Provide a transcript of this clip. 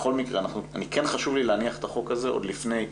בכל מקרה חשוב לי להניח את החוק הזה עוד לפני,